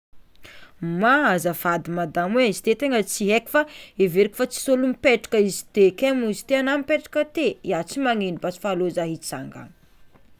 Mah azafady madamo e izy ty tegna tsy aiko fa everiko fa tsisy ôlo mipetraka izy te kay ma izy ty ana mipetraka ty ia tsy magnino basy fa alô zah hitsangana.